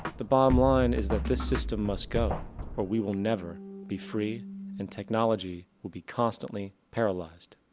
the bottom line is that this system must go or we will never be free and technology will be constantly paralyzed.